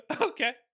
okay